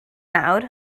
nawr